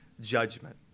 judgment